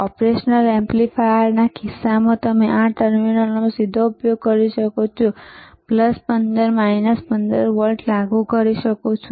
operational એમ્પ્લીફાયર્સના કિસ્સામાં તમે આ ટર્મિનલ્સનો સીધો ઉપયોગ કરી શકો છો અને 15 15 વોલ્ટ લાગુ કરી શકો છો